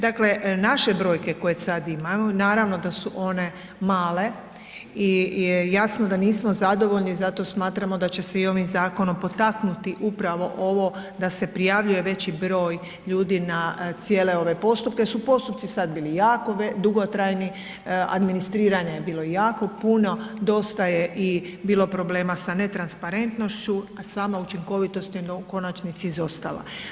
Dakle naše brojke koje sad imamo, naravno da su one male i jasno da nismo zadovoljni i zato smatramo da će se i ovim zakonom potaknuti upravo ovo da se prijavljuje veći broj ljudi na cijele ove postupke su postupci sad bili jako dugotrajni, administriranja je bilo jako puno, dosta je i bilo problema sa netransparentnošću a sama učinkovitost je u konačnici izostala.